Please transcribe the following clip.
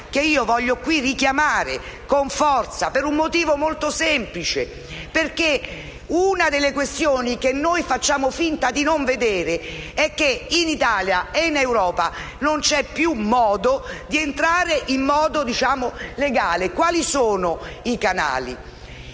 che voglio qui richiamare con forza, per un motivo molto semplice: una delle questioni che facciamo finta di non vedere è che in Italia e in Europa non c'è più modo di entrare in modo legale. Quali sono i canali?